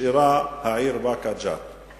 נשארה העיר באקה ג'ת.